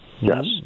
Yes